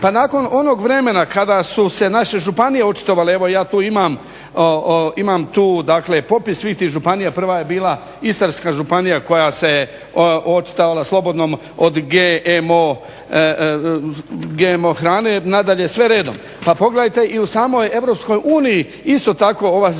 Pa nakon onog vremena kada su se naše županije očitovale, evo ja tu imam popis svih tih županija, prva je bila Istarska županija koja se očitovala slobodnom od GMO hrane, nadalje sve redom. Pa pogledajte i u samoj EU isto tako ova zelena